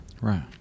Right